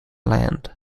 land